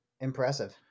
impressive